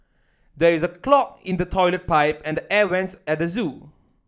there is a clog in the toilet pipe and the air vents at the zoo